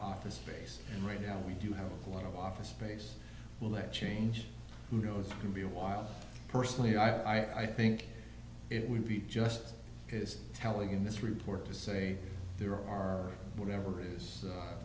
office space and right now we do have a lot of office space will that change who knows it can be a while personally i think it would be just is telling in this report to say there are whatever i